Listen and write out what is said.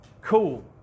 Cool